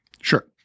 Sure